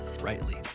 rightly